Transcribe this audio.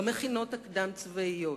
במכינות הקדם-צבאיות,